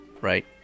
right